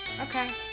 Okay